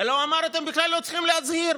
אלא הוא אמר: אתם בכלל לא צריכים להצהיר.